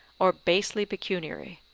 or basely pecuniary.